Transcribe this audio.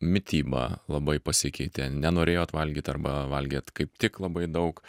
mityba labai pasikeitė nenorėjot valgyt arba valgėt kaip tik labai daug